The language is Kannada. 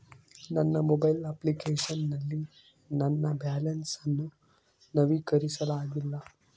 ನನ್ನ ಮೊಬೈಲ್ ಅಪ್ಲಿಕೇಶನ್ ನಲ್ಲಿ ನನ್ನ ಬ್ಯಾಲೆನ್ಸ್ ಅನ್ನು ನವೀಕರಿಸಲಾಗಿಲ್ಲ